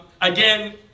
Again